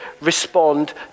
respond